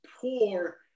poor